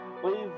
please